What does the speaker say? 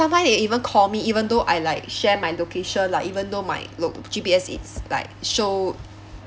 sometimes they even call me even though I like share my location like even though my loc~ G_P_S it's like show